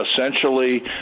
essentially